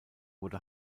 wurde